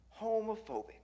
homophobic